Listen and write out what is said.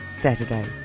Saturday